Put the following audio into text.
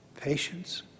patience